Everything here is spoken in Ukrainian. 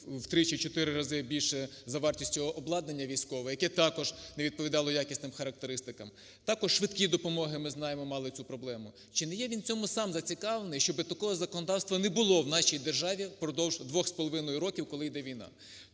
в три, чи в чотири рази більше за вартістю обладнання військове, яке також не відповідало якісним характеристикам. Також швидкі допомоги, ми знаємо, мали цю проблему. Чи не є він сам в цьому зацікавлений, щоб такого законодавства не було в нашій державі, впродовж двох з половиною років, коли йде війна?